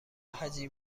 هجی